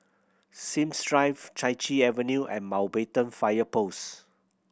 Sims Drive Chai Chee Avenue and Mountbatten Fire Post